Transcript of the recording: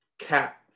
cat